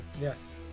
yes